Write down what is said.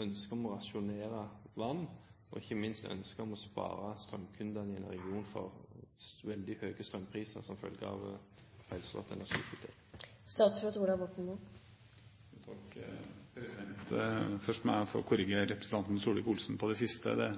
ønsket om å rasjonere vann og ikke minst ønsket om å spare strømkundene i en region for veldig høye strømpriser som følge av en feilslått energipolitikk. Først må jeg få korrigere representanten Solvik-Olsen på det siste.